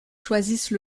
choisissent